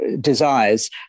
desires